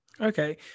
okay